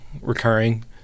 recurring